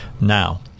now